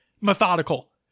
methodical